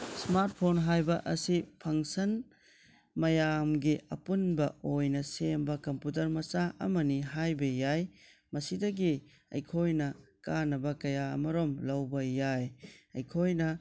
smart phone ꯍꯥꯏꯕ ꯑꯁꯤ function ꯃꯌꯥꯝꯒꯤ ꯑꯄꯨꯟꯕ ꯑꯣꯏꯅ ꯁꯦꯝꯕ ꯀꯝꯄ꯭ꯌꯨꯇꯔ ꯃꯆꯥ ꯑꯃꯅꯤ ꯍꯥꯏꯕ ꯌꯥꯏ ꯃꯁꯤꯗꯒꯤ ꯑꯩꯈꯣꯏꯅ ꯀꯥꯟꯅꯕ ꯀꯌꯥ ꯑꯃꯔꯣꯝ ꯂꯧꯕ ꯌꯥꯏ ꯑꯩꯈꯣꯏꯅ